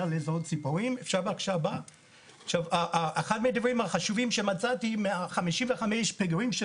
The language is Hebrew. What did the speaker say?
אחד מהדברים החשובים שמצאתי היה 55 פגרים של